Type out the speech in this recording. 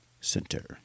Center